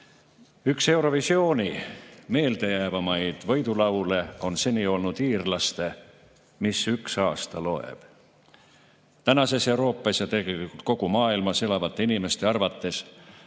Üks Eurovisiooni meeldejäävamaid võidulaule on seni olnud iirlaste "Mis üks aasta loeb". Tänases Euroopas ja tegelikult kogu maailmas elavate inimeste arvates